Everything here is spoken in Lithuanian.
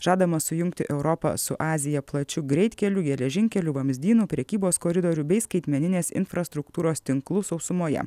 žadama sujungti europą su azija plačiu greitkeliu geležinkelių vamzdynų prekybos koridorių bei skaitmeninės infrastruktūros tinklu sausumoje